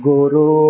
Guru